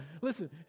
Listen